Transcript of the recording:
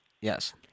Yes